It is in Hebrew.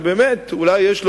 שבאמת אולי יש לו,